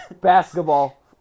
basketball